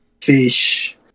fish